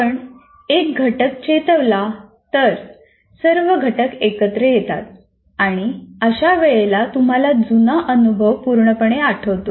आपण एक घटक चेतवला तर इतर सर्व घटक एकत्र येतात आणि अशा वेळेला तुम्हाला जुना अनुभव पूर्णपणे आठवतो